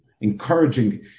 Encouraging